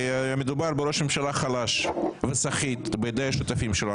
כי מדובר בראש ממשלה חלש וסחיט בידי השותפים שלו.